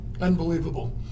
unbelievable